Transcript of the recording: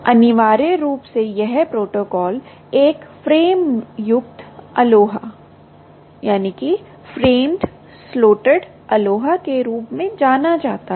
अनिवार्य रूप से यह प्रोटोकॉल एक फ़्रेमयुक्त अलोहा के रूप में जाना जाता है